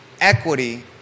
equity